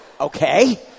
Okay